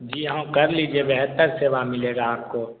जी हाँ कर लीजिए बेहतर सेवा मिलेगी आपको